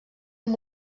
amb